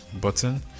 button